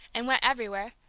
and went everywhere,